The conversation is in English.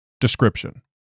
Description